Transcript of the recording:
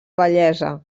bellesa